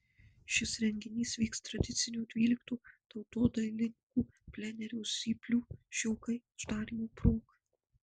šis renginys vyks tradicinio dvylikto tautodailininkų plenero zyplių žiogai uždarymo proga